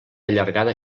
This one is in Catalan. allargada